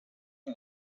lui